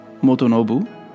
Motonobu